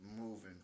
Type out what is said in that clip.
moving